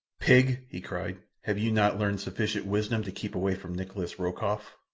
pig! he cried. have you not learned sufficient wisdom to keep away from nikolas rokoff?